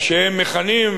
מה שהם מכנים,